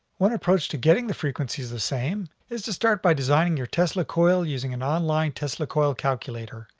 one approach to getting the frequencies the same is to start by designing your tesla coil using an online tesla coil calculator,